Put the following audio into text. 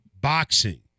boxing